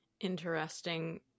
interesting